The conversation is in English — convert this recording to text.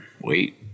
wait